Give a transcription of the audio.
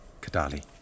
Kadali